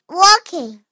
walking